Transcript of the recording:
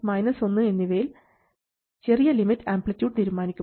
17 1 എന്നിവയിൽ ചെറിയ limit amplitude തീരുമാനിക്കും